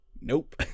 nope